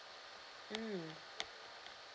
mm